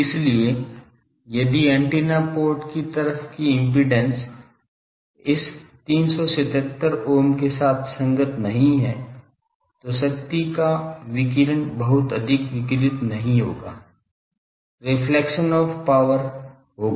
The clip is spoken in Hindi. इसलिए यदि एंटीना पोर्ट की तरफ की इम्पीडेन्स इस 377 ओम के साथ संगत नहीं है तो शक्ति का विकिरण बहुत अधिक विकिरित नहीं होगा रिफ्लेक्शन ऑफ़ पावर होगा